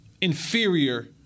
inferior